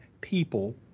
people